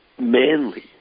manly